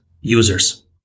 users